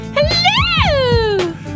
hello